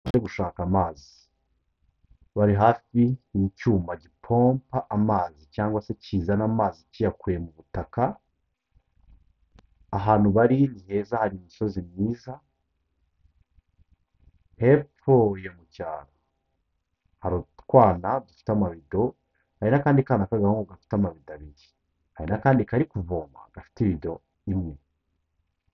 Abantu baje gushaka amazi, bari hafi n'icyuma gipompa amazi cyangwa se kizana amazi kiyakuye mu butaka, ahantu bari ni heza hari imisozi myiza, hepfo iyo mu cyaro hari utwana dufite amabido, hari n'akandi kana k'agahungu gafite amabido abiri, hari n'akandi kari kuvoma gafite ibido imwe.